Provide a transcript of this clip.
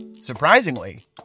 Surprisingly